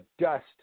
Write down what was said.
dust